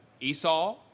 Esau